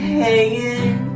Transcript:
hanging